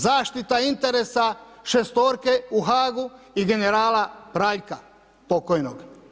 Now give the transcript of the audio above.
Zaštita interesa šestorke u Haagu i generala Praljka pokojnog.